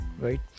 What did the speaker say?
right